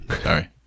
Sorry